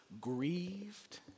grieved